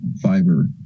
fiber